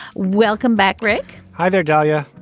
welcome back, rick hi there, dahlia.